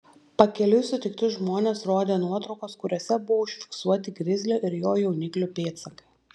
pakeliui sutikti žmonės rodė nuotraukas kuriose buvo užfiksuoti grizlio ir jo jauniklių pėdsakai